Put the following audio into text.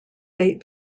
date